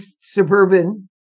suburban